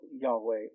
Yahweh